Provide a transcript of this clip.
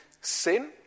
sin